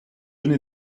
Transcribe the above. jeune